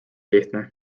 lihtne